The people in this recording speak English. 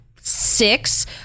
six